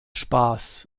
spaß